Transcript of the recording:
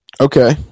Okay